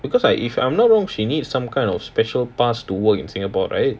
because i~ if I'm not wrong she needs some kind of special pass to work in singapore right